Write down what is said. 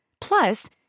Plus